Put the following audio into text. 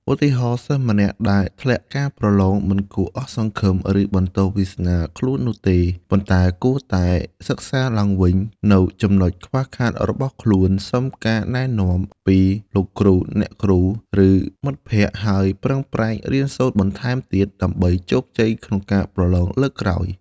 ឧទាហរណ៍ សិស្សម្នាក់ដែលធ្លាក់ការប្រឡង មិនគួរអស់សង្ឃឹម ឬបន្ទោសវាសនាខ្លួននោះទេ ប៉ុន្តែគួរតែសិក្សាឡើងវិញនូវចំណុចខ្វះខាតរបស់ខ្លួន សុំការណែនាំពីលោកគ្រូ អ្នកគ្រូ ឬមិត្តភក្តិ ហើយប្រឹងប្រែងរៀនសូត្របន្ថែមទៀតដើម្បីជោគជ័យក្នុងការប្រឡងលើកក្រោយ។